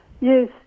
Yes